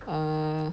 err